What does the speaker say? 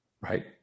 Right